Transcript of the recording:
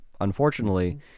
Unfortunately